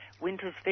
winter's